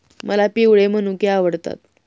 मला पिवळे मनुके आवडतात